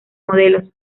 modelos